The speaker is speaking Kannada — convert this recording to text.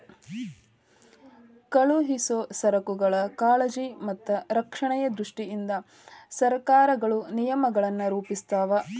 ಕಳುಹಿಸೊ ಸರಕುಗಳ ಕಾಳಜಿ ಮತ್ತ ರಕ್ಷಣೆಯ ದೃಷ್ಟಿಯಿಂದ ಸರಕಾರಗಳು ನಿಯಮಗಳನ್ನ ರೂಪಿಸ್ತಾವ